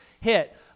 hit